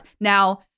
Now